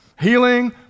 healing